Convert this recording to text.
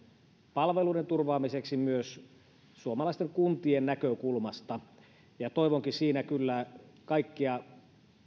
palveluiden turvaamiseksi myös suomalaisten kuntien näkökulmasta ja toivonkin kyllä kaikkia